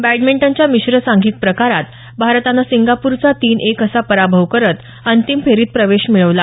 बॅडमिंटनच्या मिश्र सांधिक प्रकारात भारतानं सिंगापूरचा तीन एक असा पराभव करत अंतिम फेरीत प्रवेश मिळवला